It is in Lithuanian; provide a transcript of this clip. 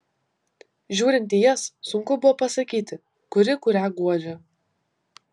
žiūrint į jas sunku buvo pasakyti kuri kurią guodžia